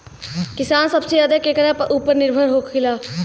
किसान सबसे ज्यादा केकरा ऊपर निर्भर होखेला?